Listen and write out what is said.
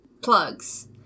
Plugs